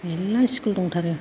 मेरला स्कुल दंथारो